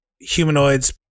humanoids